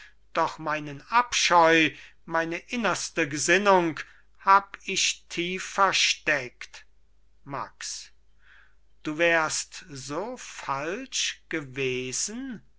doch meinen abscheu meine innerste gesinnung hab ich tief versteckt max du wärst so falsch gewesen